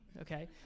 okay